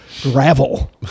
gravel